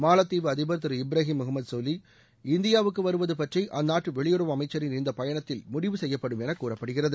மாலத்தீவு அதிபர் திரு இப்ராஹிம் முகமது சோலி இந்தியாவுக்கு வருவது பற்றி அந்நாட்டு வெளியுறவு அமைச்சரின் இந்த பயணத்தில் முடிவு செய்யப்படும் என கூறப்படுகிறது